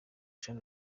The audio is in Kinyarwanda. jean